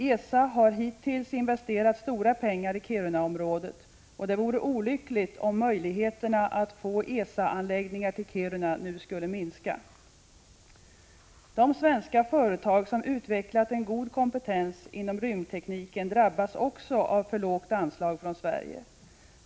ESA har hittills investerat stora pengar i Kirunaområdet, och det vore olyckligt om möjligheterna att få ESA-anläggningar till Kiruna nu skulle minska. De svenska företag som utvecklat en god kompetens inom rymdtekniken drabbas också av för lågt anslag från Sverige.